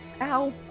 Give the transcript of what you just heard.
Ow